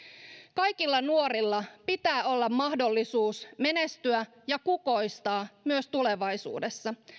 kaikilla nuorilla pitää olla mahdollisuus menestyä ja kukoistaa myös tulevaisuudessa